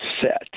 set